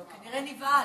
כנראה נבהל.